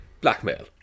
Blackmail